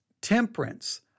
temperance